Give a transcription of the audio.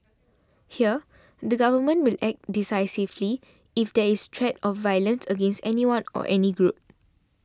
here the government will act decisively if there is threat of violence against anyone or any group